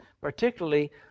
particularly